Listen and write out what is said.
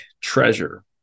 treasure